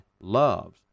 loves